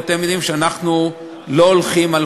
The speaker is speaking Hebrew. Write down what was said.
כי אתם ידועים שאנחנו לא הולכים על